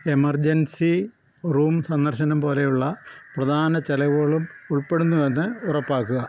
emergency room സന്ദർശനം പോലുയുള്ള പ്രധാന ചിലവുകളും ഉൾപ്പെടുന്നുവെന്ന് ഉറപ്പാക്കുക